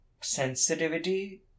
sensitivity